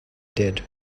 did